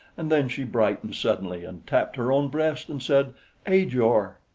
and then she brightened suddenly and tapped her own breast and said ajor!